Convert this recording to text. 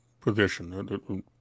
position